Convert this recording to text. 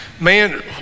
Man